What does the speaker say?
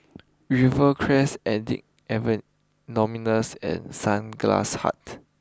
Rivercrest Addicts and Sunglass Hut